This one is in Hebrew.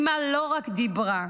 אימא לא רק דיברה,